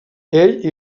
ell